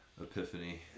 epiphany